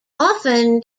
often